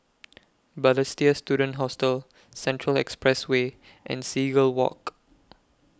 Balestier Student Hostel Central Expressway and Seagull Walk